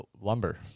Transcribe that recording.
lumber